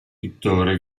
pittore